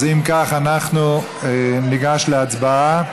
אם כך, אנחנו ניגש להצבעה.